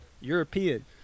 European